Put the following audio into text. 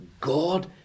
God